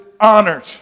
honored